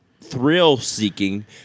thrill-seeking